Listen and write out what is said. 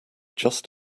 just